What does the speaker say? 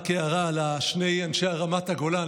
רק הערה לשני אנשי רמת הגולן,